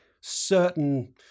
certain